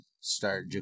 start